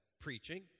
preaching